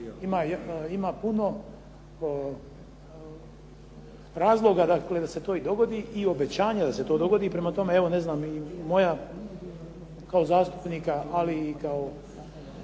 ima puno razloga da se to i dogodi i obećanja da se to dogodi. Prema tome, evo ne znam moja kao zastupnika ali i kao